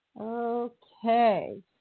Okay